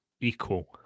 Equal